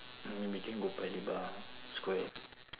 in between go paya lebar square